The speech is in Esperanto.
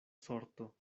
sorto